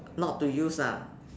not to use ah